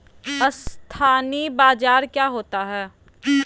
अस्थानी बाजार क्या होता है?